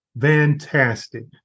fantastic